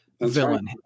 villain